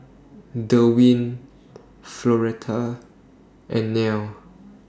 Derwin Floretta and Nelle